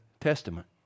testament